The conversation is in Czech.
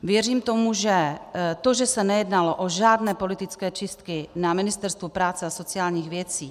Věřím tomu, že se nejednalo o žádné politické čistky na Ministerstvu práce a sociálních věcí.